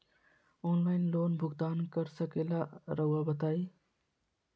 Online loan भुगतान कर सकेला राउआ बताई?